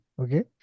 Okay